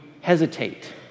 hesitate